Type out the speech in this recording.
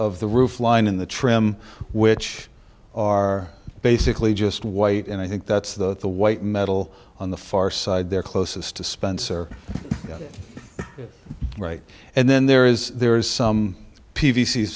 the roof line in the trim which are basically just white and i think that's the the white metal on the far side they're closest to spencer right and then there is there is some p